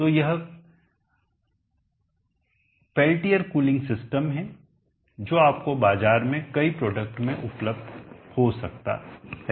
तो यह कुल Peltier कूलिंग सिस्टम है जो आपको बाजार में कई प्रोडक्ट में उपलब्ध हो सकता है